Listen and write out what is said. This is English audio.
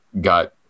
got